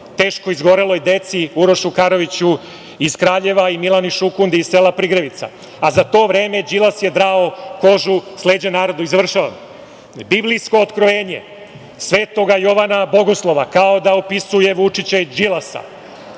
teško izgoreloj deci, Urošu Karoviću iz Kraljeva i Mileni Šukundi iz sela Prigrevica, a za to vreme Đilas je drao kožu s leđa narodu. Biblijsko otkrovenje Sv. Jovana Bogoslova, kao da opisuje Vučića i Đilasa